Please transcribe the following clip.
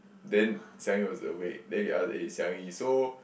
then Xiang-Yi was awake then we asked eh Xiang-Yi so